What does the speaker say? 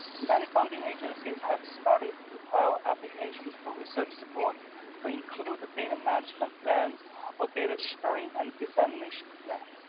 many funding agencies have started to require applications for research support to include the data management plan or data sharing and dissemination plan.